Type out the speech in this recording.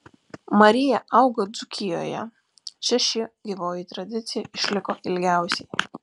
marija augo dzūkijoje čia ši gyvoji tradicija išliko ilgiausiai